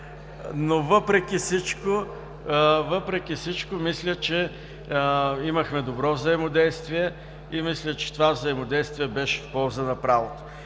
но въпреки всичко мисля, че имахме добро взаимодействие и че това взаимодействие беше в полза на правото.